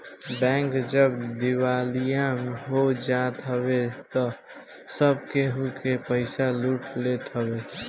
bank जब दिवालिया हो जात हवे तअ सब केहू के पईसा लूट लेत हवे